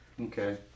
Okay